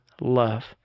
love